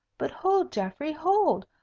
but hold, geoffrey, hold!